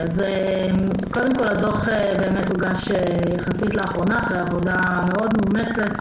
הדוח הוגש לאחרונה יחסית, אחרי עבודה מאומצת מאוד.